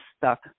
stuck